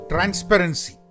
Transparency